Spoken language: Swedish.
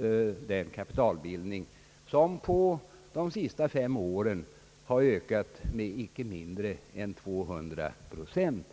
nämnde jag kapitalbildningen som på de senaste fem åren har ökat med inie mindre än 200 procent.